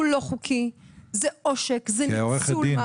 הוא לא חוקי, זה עושק, זה ניצול מעמד.